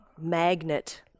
magnet